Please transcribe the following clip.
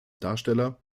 darsteller